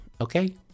Okay